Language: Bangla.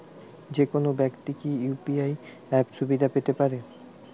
যেকোনো ব্যাক্তি কি ইউ.পি.আই অ্যাপ সুবিধা পেতে পারে?